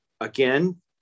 Again